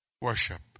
Worship